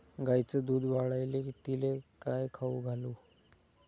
गायीचं दुध वाढवायले तिले काय खाऊ घालू?